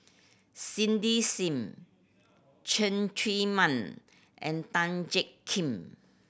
Cindy Sim Cheng Man and Tan Jiak Kim